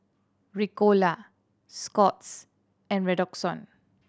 Ricola Scott's and Redoxon